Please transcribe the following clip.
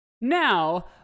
Now